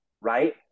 right